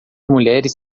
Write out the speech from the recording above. mulheres